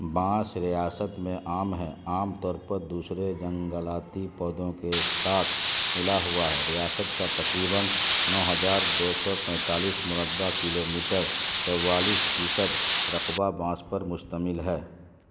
بانس ریاست میں عام ہے عام طور پر دوسرے جنگلاتی پودوں کے ساتھ ملا ہوا ہے ریاست کا تقریباً نو ہزار دو سو پینتالیس مربع کلومیٹر چوالیس فیصد رقبہ بانس پر مشتمل ہے